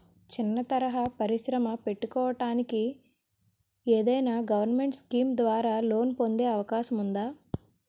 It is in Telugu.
చిన్న తరహా పరిశ్రమ పెట్టుకోటానికి ఏదైనా గవర్నమెంట్ స్కీం ద్వారా లోన్ పొందే అవకాశం ఉందా?